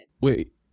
Wait